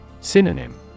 Synonym